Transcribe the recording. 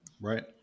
right